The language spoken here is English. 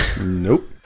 Nope